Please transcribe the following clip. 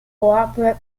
corporate